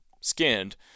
skinned